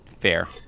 Fair